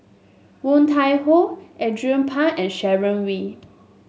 Woon Tai Ho Andrew Phang and Sharon Wee